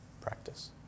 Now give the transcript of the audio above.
Practice